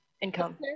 income